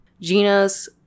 Gina's